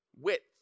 width